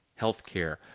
Healthcare